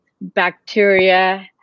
bacteria